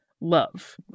love